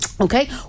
Okay